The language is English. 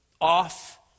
off